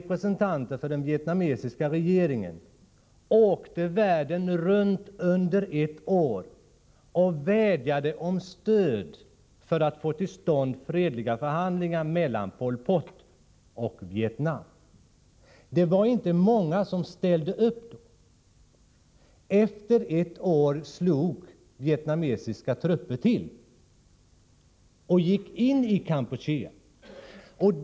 Representanter för den vietnamesiska regeringen åkte världen runt under ett års tid och vädjade om stöd för att få till stånd fredliga förhandlingar mellan Pol Pot och Vietnam. Då var det inte många som ställde upp. Men efter ett år slog vietnamesiska trupper till och gick in i Kampuchea.